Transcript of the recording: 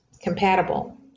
compatible